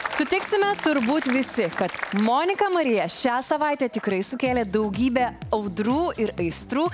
sutiksime turbūt visi kad monika marija šią savaitę tikrai sukėlė daugybę audrų ir aistrų